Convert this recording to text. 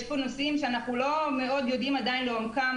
יש פה נושאים שאנחנו לא מאוד יודעים מה יהיה איתם.